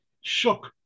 shook